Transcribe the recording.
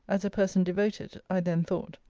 as a person devoted, i then thought.